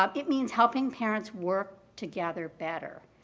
um it means helping parents work together better